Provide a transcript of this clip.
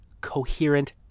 coherent